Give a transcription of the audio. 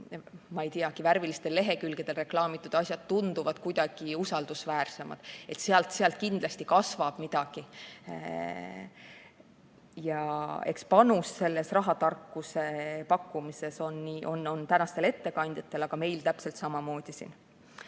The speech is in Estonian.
kõikcoin-lõpuga, värvilistel lehekülgedel reklaamitud asjad tunduvad kuidagi usaldusväärsemad, et sealt kindlasti kasvab midagi. Eks panust selles rahatarkuse pakkumises on tänastel ettekandjatel, aga meil täpselt samamoodi.